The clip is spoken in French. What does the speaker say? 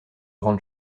grande